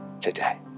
today